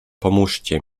pomóżcie